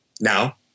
Now